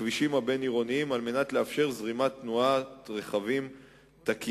בכבישים הבין-עירוניים על מנת לאפשר זרימת תנועת רכבים תקינה.